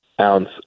ounce